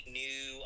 new